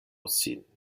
sin